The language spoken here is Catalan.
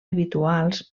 habituals